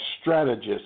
strategist